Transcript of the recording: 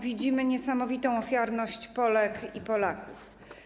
Widzimy niesamowitą ofiarność Polek i Polaków.